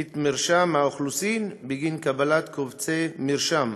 את מרשם האוכלוסין בגין קבלת קובצי מרשם